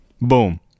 Boom